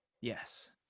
Yes